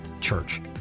church